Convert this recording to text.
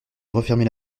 refermer